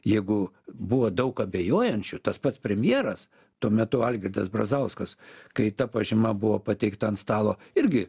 jeigu buvo daug abejojančių tas pats premjeras tuo metu algirdas brazauskas kai ta pažyma buvo pateikta ant stalo irgi